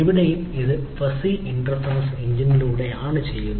ഇവിടെയും ഇത് fuzzy inference എഞ്ചിനിലൂടെയാണ് ചെയ്യുന്നത്